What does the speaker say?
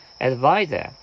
advisor